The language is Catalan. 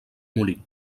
molí